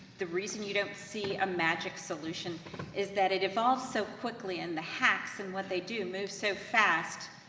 the reason you don't see a magic solution is that, it evolves so quickly in the hacks, and what they do move so fast,